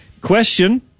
question